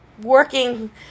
working